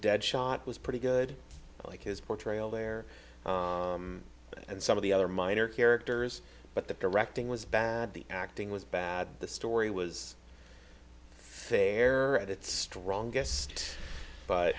dead shot was pretty good i like his portrayal there and some of the other minor characters but the directing was bad the acting was bad the story was fair at its strongest